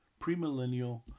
premillennial